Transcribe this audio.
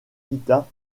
kita